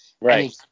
Right